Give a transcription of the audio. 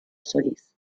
solís